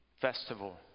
festival